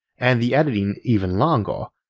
and the editing even longer,